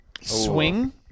Swing